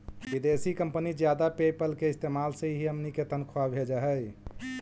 विदेशी कंपनी जादा पयेपल के इस्तेमाल से ही हमनी के तनख्वा भेजऽ हइ